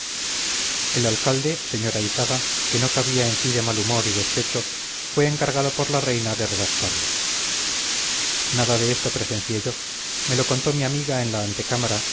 el alcalde sr ayzaga que no cabía en sí de mal humor y despecho fue encargado por la reina de redactarlo nada de esto presencié yo me lo contó mi amiga en la